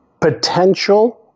potential